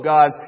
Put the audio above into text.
God